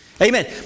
Amen